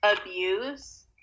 abuse